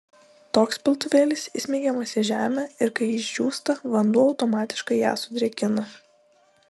toks piltuvėlis įsmeigiamas į žemę ir kai ji išdžiūsta vanduo automatiškai ją sudrėkina